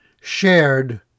shared